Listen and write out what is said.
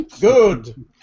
good